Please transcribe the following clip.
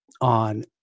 on